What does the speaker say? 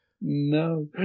No